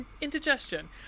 indigestion